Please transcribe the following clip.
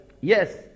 Yes